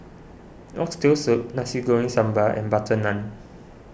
Oxtail Soup Nasi Goreng Sambal and Butter Naan